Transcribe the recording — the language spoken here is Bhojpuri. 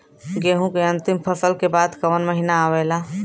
गेहूँ के अंतिम फसल के बाद कवन महीना आवेला?